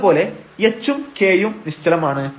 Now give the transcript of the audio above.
അതുപോലെ h ഉം k യും നിശ്ചലം ആണ്